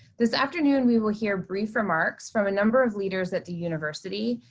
this afternoon, we will hear brief remarks from a number of leaders at the university,